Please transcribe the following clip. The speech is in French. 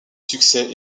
succès